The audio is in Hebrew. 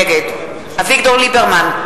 נגד אביגדור ליברמן,